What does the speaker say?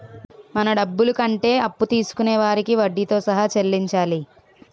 మన డబ్బులు కంటే అప్పు తీసుకొనే వారికి వడ్డీతో సహా చెల్లించాలి